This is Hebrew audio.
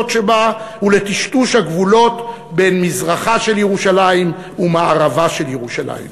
שבה ולטשטוש הגבולות בין מזרחה של ירושלים ומערבה של ירושלים.